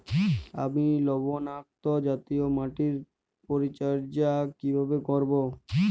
আমি লবণাক্ত জাতীয় মাটির পরিচর্যা কিভাবে করব?